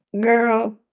Girl